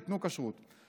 ייתנו כשרות.